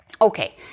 okay